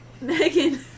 Megan